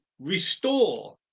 restore